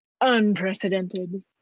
unprecedented